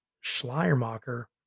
Schleiermacher